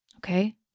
Okay